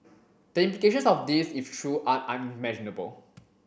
the implications of this if true are unimaginable